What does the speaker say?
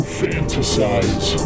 fantasize